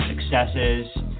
successes